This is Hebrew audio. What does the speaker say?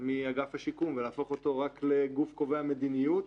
מאגף השיקום ולהפוך אותו רק לגוף קובע מדיניות,